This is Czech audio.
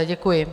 Děkuji.